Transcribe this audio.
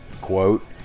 quote